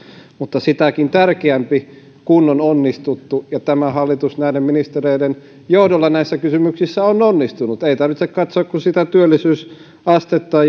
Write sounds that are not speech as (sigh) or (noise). mutta sitäkin tärkeämpi kun on onnistuttu ja tämä hallitus näiden ministereiden johdolla näissä kysymyksissä on onnistunut ei tarvitse katsoa kuin työllisyysastetta (unintelligible)